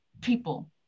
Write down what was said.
people